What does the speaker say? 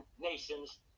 nations